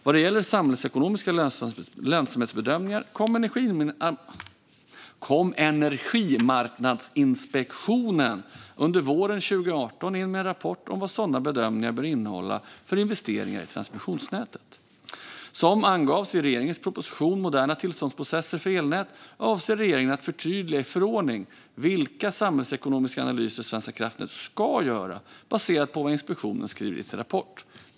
Vad gäller samhällsekonomiska lönsamhetsbedömningar kom Energimarknadsinspektionen under våren 2018 in med en rapport om vad sådana bedömningar bör innehålla för investeringar i transmissionsnätet. Som angavs i regeringens proposition Moderna tillståndsprocesser för elnät avser regeringen att förtydliga i förordning vilka samhällsekonomiska analyser Svenska kraftnät ska göra, baserat på vad inspektionen skriver i sin rapport.